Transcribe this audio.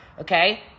okay